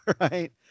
right